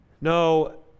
No